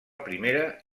primera